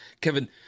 Kevin